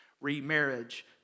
remarriage